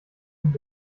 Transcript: mit